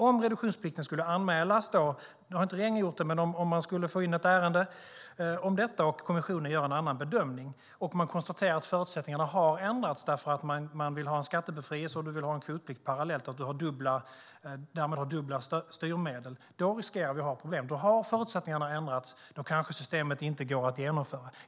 Om reduktionsplikten skulle anmälas till kommissionen - nu har regeringen visserligen inte gjort det - och man får in ett ärende om detta och en annan bedömning görs och man då konstaterar att förutsättningarna har ändrats därför att någon vill ha en skattebefrielse och en kvotplikt parallellt, alltså dubbla styrmedel, riskerar vi att få problem. Förutsättningarna har då ändrats, och systemet kanske inte går att genomföra.